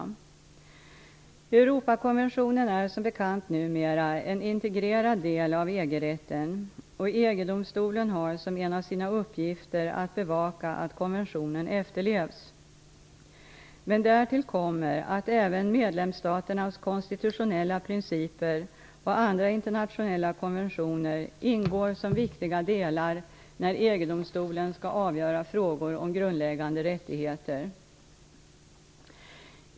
Europakonventionen är som bekant numera en integrerad del av EG-rätten, och EG-domstolen har som en av sina uppgifter att bevaka att konventionen efterlevs. Men därtill kommer att även medlemsstaternas konstitutionella principer och andra internationella konventioner ingår som viktiga delar när EG-domstolen skall avgöra frågor om grundläggande rättigheter.